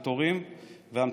להמתנה ולתורים ארוכים.